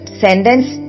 sentence